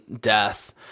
death